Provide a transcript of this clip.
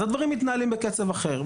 אז הדברים מתנהלים בקצב אחר.